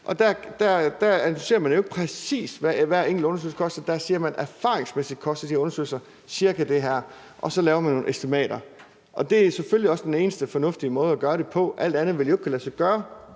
og der analyserer man jo ikke præcis, hvad hver enkelt undersøgelse koster. Der siger man, at erfaringsmæssigt koster de her undersøgelser cirka det her, og så laver man nogle estimater. Det er selvfølgelig også den eneste fornuftige måde at gøre det på. Alt andet ville jo ikke kunne lade sig gøre.